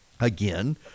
again